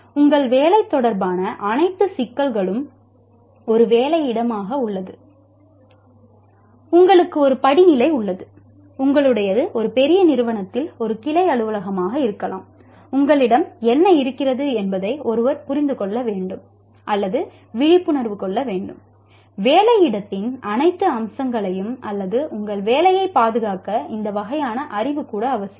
உங்கள் வேலை தொடர்பான அனைத்து சிக்கல்களும் ஒரு வேலை இடமாக உள்ளது உங்களுக்கு ஒரு படிநிலை உள்ளது உங்களுடையது ஒரு பெரிய நிறுவனத்தில் ஒரு கிளை அலுவலகமாக இருக்கலாம் உங்களிடம் என்ன இருக்கிறது என்பதை ஒருவர் புரிந்து கொள்ள வேண்டும் அல்லது விழிப்புணர்வு கொள்ள வேண்டும் வேலை இடத்தின் அனைத்து அம்சங்களையும் அல்லது உங்கள் வேலையைப் பாதுகாக்க இந்த வகையான அறிவு கூட அவசியம்